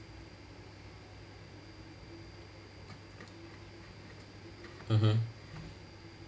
mmhmm